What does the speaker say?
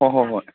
ꯍꯣ ꯍꯣ ꯍꯣꯏ